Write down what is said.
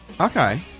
Okay